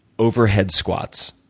overhead squats.